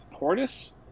Portis